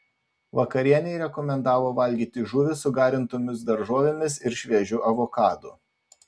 vakarienei rekomendavo valgyti žuvį su garintomis daržovėmis ir šviežiu avokadu